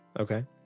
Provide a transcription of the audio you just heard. Okay